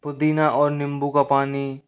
पुदीना और नींबू का पानी